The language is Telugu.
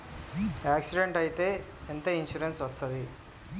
యాక్సిడెంట్ అయితే ఎంత ఇన్సూరెన్స్ వస్తది?